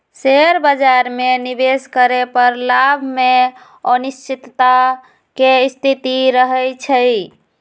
share बाजार में निवेश करे पर लाभ में अनिश्चितता के स्थिति रहइ छइ